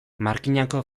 markinako